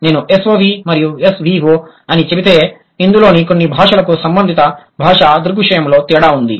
నేను SOV మరియు SVO అని చెబితే ఇందులోని కొన్ని భాషలకు సంబంధిత భాషా దృగ్విషయంలో తేడా ఉంది